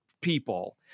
people